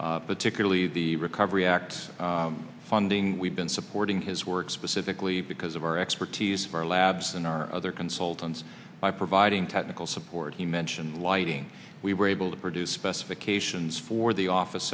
particularly the recovery act funding we've been supporting his work specifically because of our expertise our labs and our other consultants by providing technical support he mentioned lighting we were able to produce specifications for the office